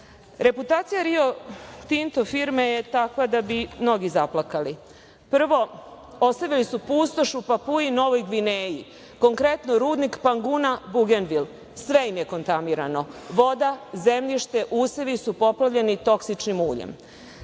Reputacija Rio Tinto firme je takva da bi mnogi zaplakali. Prvo, ostavili su pustoš u Papui Novoj Gvineji, konkretno rudnik Panguna Bugenvil. Sve im je kontaminirano, voda, zemljište, usevi su poplavljeni toksičnim uljem.